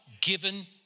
given